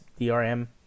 DRM